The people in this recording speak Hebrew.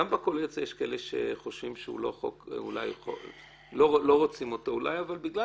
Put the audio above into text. בקואליציה יש כאלה שלא רוצים אותו אולי, אבל בגלל